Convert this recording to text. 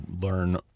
learn